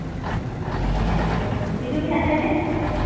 ᱦᱮᱸ ᱛᱚ ᱦᱤᱡᱩᱜ ᱢᱮᱦᱟᱜ ᱛᱟᱦᱚᱞᱮ